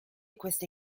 queste